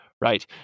right